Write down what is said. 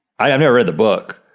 i haven't read the book,